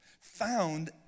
found